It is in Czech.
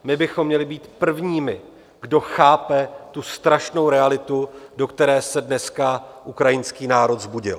My bychom měli být prvními, kdo chápe tu strašnou realitu, do které se dneska ukrajinský národ vzbudil.